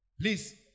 Please